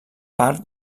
part